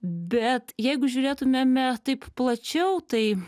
bet jeigu žiūrėtumėme taip plačiau tai